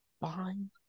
Fine